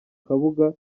kabuga